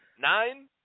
nine